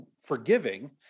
forgiving